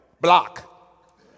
Block